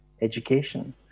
education